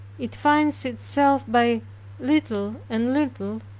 it finds itself by little and little,